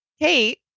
Kate